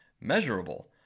Measurable